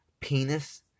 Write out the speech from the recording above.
Penis